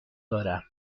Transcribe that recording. دارم